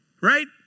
Right